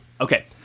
Okay